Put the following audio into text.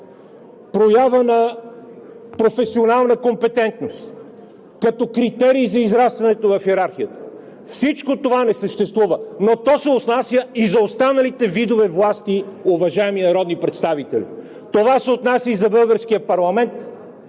проява на професионална компетентност като критерий за израстването в йерархията, всичко това не съществува, но то се отнася и за останалите видове власти, уважаеми народни представители. Това се отнася и за българския парламент,